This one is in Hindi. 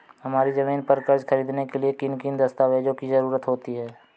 हमारी ज़मीन पर कर्ज ख़रीदने के लिए किन किन दस्तावेजों की जरूरत होती है?